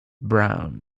brown